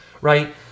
right